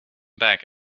back